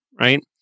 right